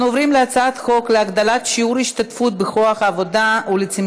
בעד, 27 חברי כנסת, אין